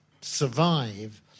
survive